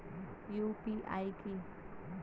UPI কি?